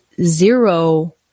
zero